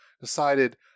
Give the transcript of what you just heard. decided